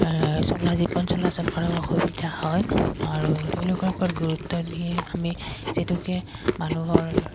চলা জীৱন চলাচল কৰাও অসুবিধা হয় আৰু তেওঁলোকৰ ওপৰত গুৰুত্ব দিয়ে আমি যিহেতুকে মানুহৰ